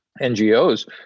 NGOs